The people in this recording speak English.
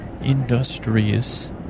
industrious